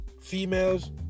Females